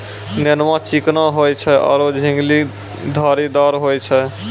नेनुआ चिकनो होय छै आरो झिंगली धारीदार होय छै